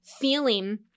feeling